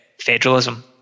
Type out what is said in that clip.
federalism